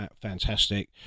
fantastic